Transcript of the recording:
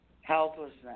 helplessness